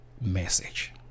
message